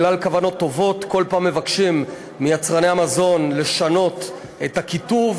שבגלל כוונות טובות כל פעם מבקשים מיצרני המזון לשנות את הכיתוב,